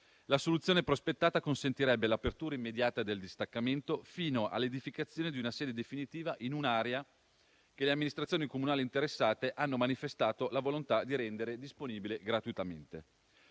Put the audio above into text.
La soluzione prospettata consentirebbe l'apertura immediata del distaccamento fino all'edificazione di una sede definitiva in un'area che le amministrazioni comunali interessate hanno manifestato la volontà di rendere disponibile gratuitamente.